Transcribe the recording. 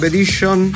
Edition